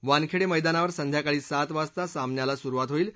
वानखेडे मैदानावर संध्याकाळी सात वाजता सामन्याला सुरुवात होईल